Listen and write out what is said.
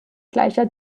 gleicher